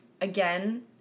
again